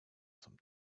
some